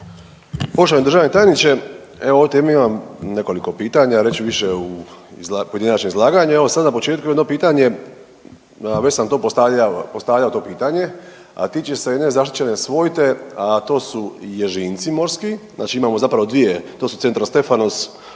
Poštovani državni tajniče evo o ovoj temi imam nekoliko pitanja. Reći ću više u pojedinačnom izlaganju. Evo sad na početku jedno pitanje, već sam to postavljao a tiče se jedne zaštićene svojte a to su ježinci morski. Znači imamo zapravo dvije, to su centrastefanus